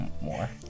more